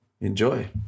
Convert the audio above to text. enjoy